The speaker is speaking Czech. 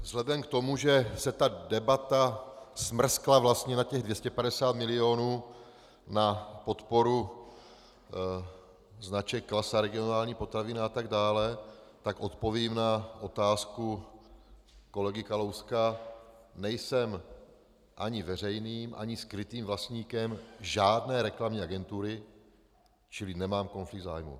Vzhledem k tomu, že se debata smrskla vlastně na 250 milionů na podporu značek Klasa, Regionální potraviny atd., tak odpovím na otázku kolegy Kalouska: Nejsem ani veřejným ani skrytým vlastníkem žádné reklamní agentury, čili nemám konflikt zájmu.